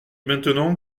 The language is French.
maintenant